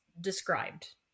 described